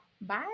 Bye